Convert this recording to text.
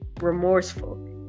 Remorseful